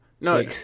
No